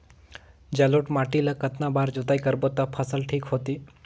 जलोढ़ माटी ला कतना बार जुताई करबो ता फसल ठीक होती?